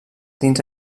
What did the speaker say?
dins